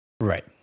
Right